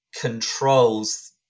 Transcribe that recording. controls